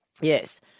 Yes